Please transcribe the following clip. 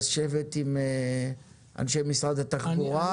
אתה צריך לשבת עם אנשי משרד התחבורה.